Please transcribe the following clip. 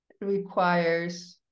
requires